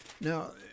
Now